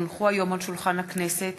כי הונחו היום על שולחן הכנסת,